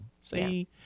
See